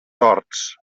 horts